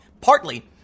Partly